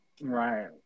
right